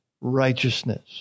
righteousness